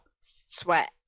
Sweat